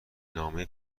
نامه